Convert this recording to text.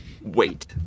Wait